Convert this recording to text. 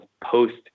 post